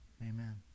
Amen